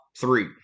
three